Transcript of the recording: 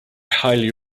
highly